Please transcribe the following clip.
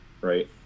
right